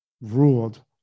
ruled